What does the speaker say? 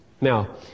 Now